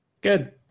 Good